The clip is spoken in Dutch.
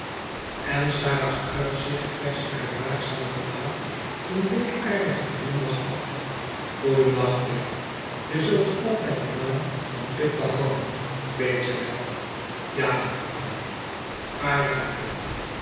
en sarah's uitzicht perste haar waakzaam gelaat een wreedaardigen glimlach af goedendag pip je zult altijd den naam van pip behouden weet je wel ja jufvrouw vaarwel pip